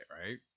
right